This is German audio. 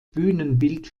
bühnenbild